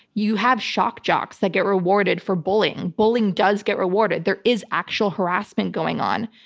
you have shock jocks that get rewarded for bullying. bullying does get rewarded. there is actual harassment going on.